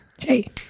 Hey